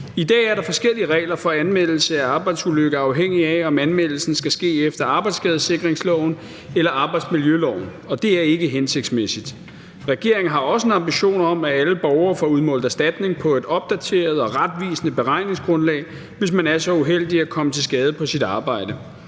I dag er der forskellige regler for anmeldelse af en arbejdsulykke, afhængigt af om anmeldelsen skal ske efter arbejdsskadesikringsloven eller arbejdsmiljøloven, og det er ikke hensigtsmæssigt. Regeringen har også en ambition om, at alle borgere får udmålt erstatning på et opdateret og retvisende beregningsgrundlag, hvis man er så uheldig at komme til skade på sit arbejde.